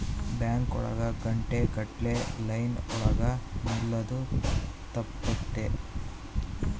bank ಒಳಗ ಗಂಟೆ ಗಟ್ಲೆ ಲೈನ್ ಒಳಗ ನಿಲ್ಲದು ತಪ್ಪುತ್ತೆ